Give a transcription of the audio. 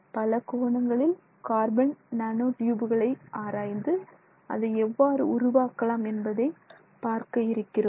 பல கோணங்களில் carbon nano ட்யூபுகளை ஆராய்ந்து அதை எவ்வாறு உருவாக்கலாம் என்பதை பார்க்க இருக்கிறோம்